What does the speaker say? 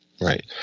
Right